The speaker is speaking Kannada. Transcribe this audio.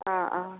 ಹಾಂ ಹಾಂ